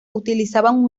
utilizaban